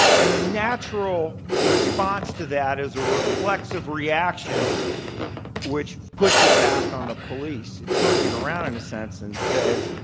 and the natural response to that is a reflexive reaction which puts it back on the police. it turns it around in a sense and says,